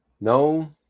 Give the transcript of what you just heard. No